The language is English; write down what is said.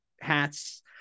hats